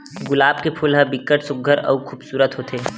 गुलाब के फूल ह बिकट सुग्घर अउ खुबसूरत होथे